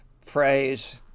phrase